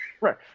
Right